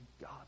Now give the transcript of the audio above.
God